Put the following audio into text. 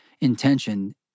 intention